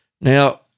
Now